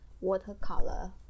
watercolor